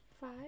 Five